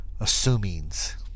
assumings